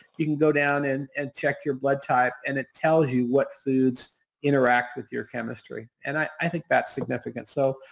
you can go down and and check your blood type and it tells you what foods interact with your chemistry. and i think that's significant. so,